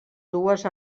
dues